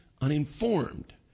uninformed